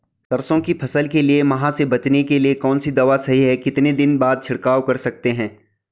सरसों की फसल के लिए माह से बचने के लिए कौन सी दवा सही है कितने दिन बाद छिड़काव कर सकते हैं?